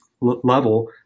level